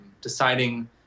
deciding